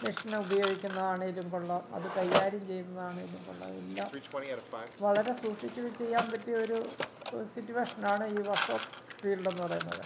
machine ഉപയോഗിക്കുന്നതാണെങ്കിലും കൊള്ളാം അത് കൈകാര്യം ചെയ്യുന്നതാണെങ്കിലും കൊള്ളാം എല്ലാം വളരെ സൂക്ഷിച്ച് ചെയ്യാൻ പറ്റിയ ഒരു സിറ്റുവേഷനാണ് ഈ വർഷോപ് ഫീൽഡെന്ന് പറയുന്നത്